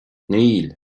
níl